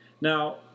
Now